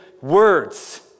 words